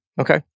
okay